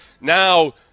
Now